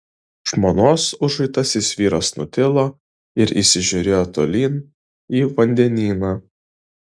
žmonos užuitasis vyras nutilo ir įsižiūrėjo tolyn į vandenyną